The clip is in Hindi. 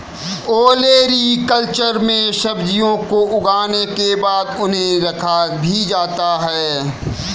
ओलेरीकल्चर में सब्जियों को उगाने के बाद उन्हें रखा भी जाता है